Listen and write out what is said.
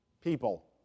people